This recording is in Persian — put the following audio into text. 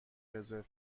رزرو